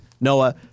Noah